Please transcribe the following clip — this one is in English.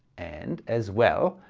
and, as well,